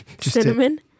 Cinnamon